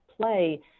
play